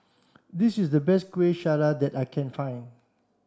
this is the best Kuih Syara that I can find